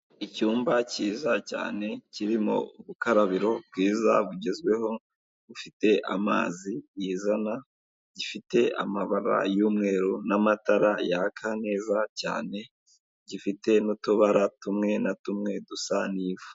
Icyumba cyiza cyane kirimo ubukarabiro bwiza bugezweho, bufite amazi yizana, gifite amababa y'umweru n'amatara yaka neza cyane, gifite n'utubara tumwe na tumwe dusa n'ivu.